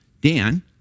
Dan